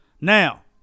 Now